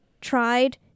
tried